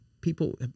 people